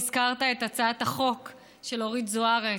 הזכרת את הצעת החוק של אורית זוארץ.